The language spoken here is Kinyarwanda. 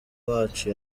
wacu